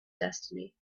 destiny